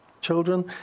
Children